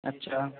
اچھا